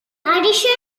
addition